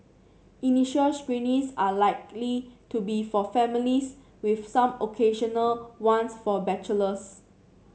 initial screenings are likely to be for families with some occasional ones for bachelors